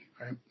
right